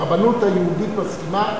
שהרבנות היהודית מסכימה,